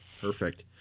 Perfect